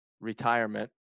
retirement